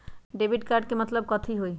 Debit card के मतलब कथी होई?